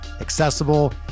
accessible